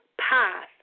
path